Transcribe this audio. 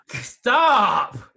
Stop